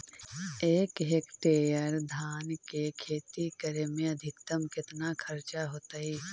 एक हेक्टेयर धान के खेती करे में अधिकतम केतना खर्चा होतइ?